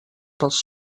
pels